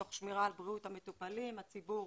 תוך שמירה על בריאות המטופלים הציבור